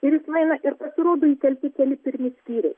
ir jis nueina ir pasirodo įkelti keli pirmi skyriai